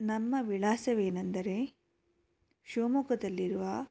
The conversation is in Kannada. ನಮ್ಮ ವಿಳಾಸವೇನೆಂದರೆ ಶಿವಮೊಗ್ಗದಲ್ಲಿರುವ